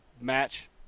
match